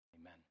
Amen